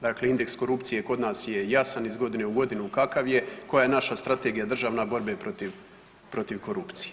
Dakle, indeks korupcije kod nas je jasan, iz godine u godinu kakav je, koja je naša strategija državna borbe, borbe protiv korupcije.